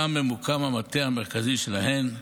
שבה ממוקם המטה המרכזי שלהן,